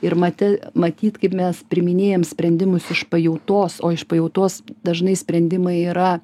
ir mate matyt kaip mes priiminėjam sprendimus iš pajautos o iš pajautos dažnai sprendimai yra